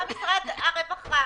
גם משרד הרווחה